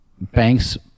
banks